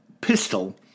pistol